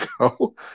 go